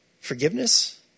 Forgiveness